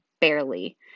Barely